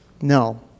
no